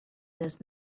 does